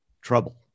trouble